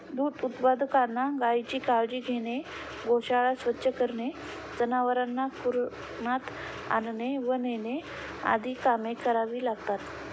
दूध उत्पादकांना गायीची काळजी घेणे, गोशाळा स्वच्छ करणे, जनावरांना कुरणात आणणे व नेणे आदी कामे करावी लागतात